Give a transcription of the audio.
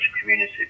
community